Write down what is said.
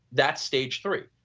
that's stage three.